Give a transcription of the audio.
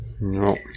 No